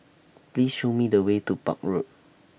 Please Show Me The Way to Park Road